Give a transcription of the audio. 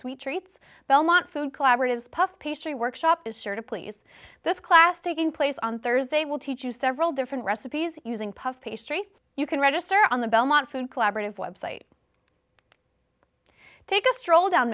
sweet treats belmont food collaborative puff pastry workshop is sure to please this class taking place on thursday will teach you several different recipes using puff pastry you can register on the belmont food collaborative website take a stroll down